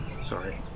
Sorry